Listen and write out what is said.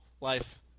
life